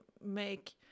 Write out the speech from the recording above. make